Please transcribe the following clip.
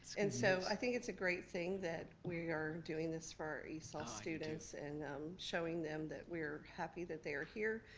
and so i think it's a great thing that we are doing this for esol students, and showing them that we are happy that they are here,